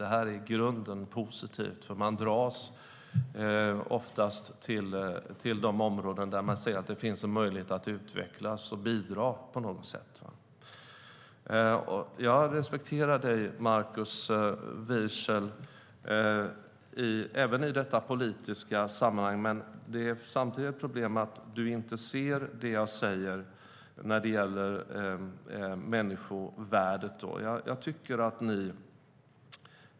Detta är i grunden positivt, för man dras oftast till de områden där man ser att det finns en möjlighet att utvecklas och bidra på något sätt. Jag respekterar dig, Markus Wiechel, även i detta politiska sammanhang, men det är ett problem att du inte ser det jag säger när det gäller människovärdet.